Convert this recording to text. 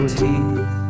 teeth